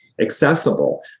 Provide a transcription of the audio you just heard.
accessible